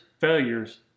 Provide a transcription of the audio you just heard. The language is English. failures